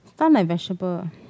stun like vegetable